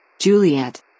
Juliet